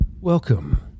Welcome